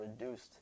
reduced